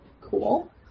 Cool